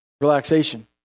relaxation